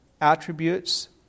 attributes